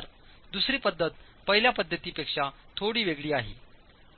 तर दुसरी पद्धत पहिल्या पद्धतीपेक्षा थोडी वेगळी आहे